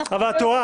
את טועה,